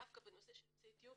דווקא בנושא יוצאי אתיופיה,